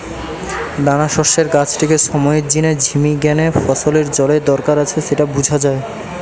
দানাশস্যের গাছটিকে সময়ের জিনে ঝিমি গ্যানে ফসলের জলের দরকার আছে স্যাটা বুঝা যায়